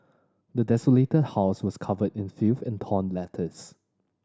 the desolated house was covered in filth and torn letters